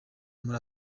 muri